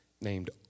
named